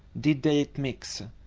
did they mix?